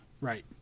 Right